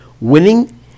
winning